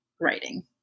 writing